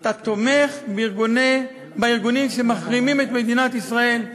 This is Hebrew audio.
אתה תומך בארגונים שמחרימים את מדינת ישראל.